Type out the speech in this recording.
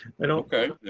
and okay,